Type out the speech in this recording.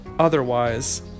Otherwise